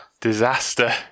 Disaster